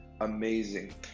amazing